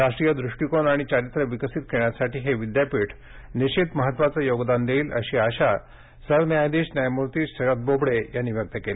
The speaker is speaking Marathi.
राष्ट्रीय दृष्टीकोन आणि चारित्र्य विकसीत करण्यासाठी हे विद्यापीठ निश्वितच महत्त्वाचे योगदान देईल अशी आशा सरन्यायाधीश न्यायमूर्ती शरद बोबडे यांनी व्यक्त केला